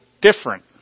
different